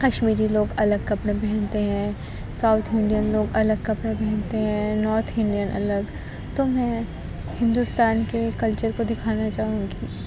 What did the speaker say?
کشمیری لوگ الگ کپڑے پہنتے ہیں ساؤتھ انڈین لوگ الگ کپڑے پہنتے ہیں نارتھ انڈین الگ تو میں ہندوستان کے کلچر کو دکھانا چاہوں گی